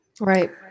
Right